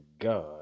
God